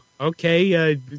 Okay